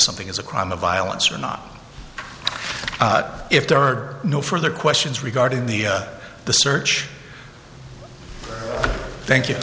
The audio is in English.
something is a crime of violence or not if there are no further questions regarding the the search thank you